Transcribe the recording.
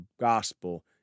gospel